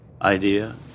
idea